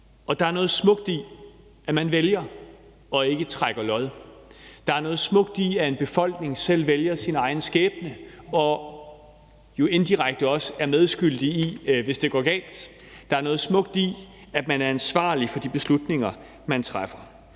Og der er noget smukt i, at man vælger og ikke trækker lod. Der er noget smukt i, at en befolkning selv vælger sin egen skæbne og jo indirekte også er medskyldig, hvis det går galt. Der er noget smukt i, at man er ansvarlig for de beslutninger, man træffer.